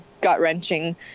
gut-wrenching